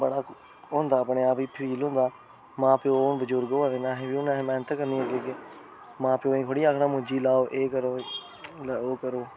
बड़ा अपने आप च फील होंदा मां प्योऽ हून बजुर्ग होऐ दे हून असें मैह्नत करनी मां प्योऽ गी थोह्ड़े आक्खना मुंजी लाओ एह् करो जां ओह् करो